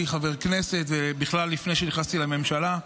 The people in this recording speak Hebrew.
חבר כנסת ובכלל לפני שנכנסתי לממשלה,